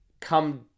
come